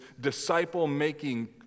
disciple-making